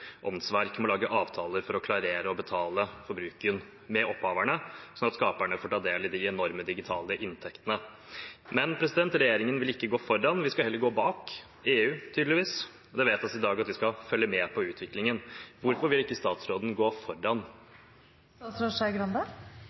åndsverk, må lage avtaler for å klarere med og betale opphaverne for bruken, slik at skaperne får ta del i de enorme digitale inntektene. Men regjeringen vil ikke gå foran. Vi skal heller gå bak EU, tydeligvis, og det blir i dag vedtatt at vi skal følge med på utviklingen. Hvorfor vil ikke statsråden gå foran?